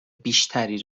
بیشتری